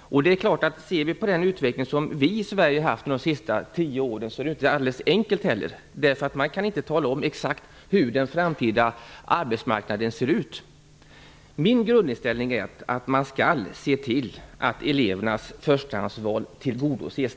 Om vi ser på utvecklingen i Sverige under de senaste tio åren finner vi att detta inte är ett alldeles enkelt problem. Man kan inte tala om exakt hur den framtida arbetsmarknaden kommer att se ut. Min grundinställning är att man skall se till att elevernas förstahandsval tillgodoses.